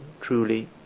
truly